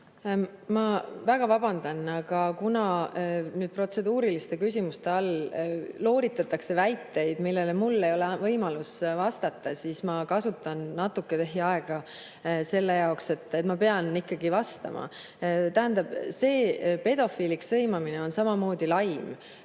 Ma väga vabandan, aga kuna nüüd protseduuriliste küsimuste taha looritatakse väiteid, millele mul ei ole võimalust vastata, siis ma kasutan natuke teie aega selle jaoks, et ma pean ikkagi vastama. Tähendab, see pedofiiliks sõimamine on samamoodi laim,